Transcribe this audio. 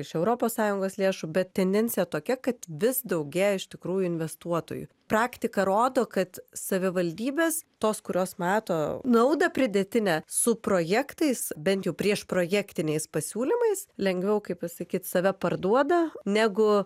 iš europos sąjungos lėšų bet tendencija tokia kad vis daugėja iš tikrųjų investuotojų praktika rodo kad savivaldybės tos kurios mato naudą pridėtinę su projektais bent jau prieš projektiniais pasiūlymais lengviau kaip pasakyt save parduoda negu